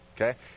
okay